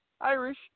Irish